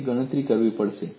ની ગણતરી કરવી પડશે